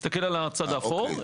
תסתכל על הצד האפור,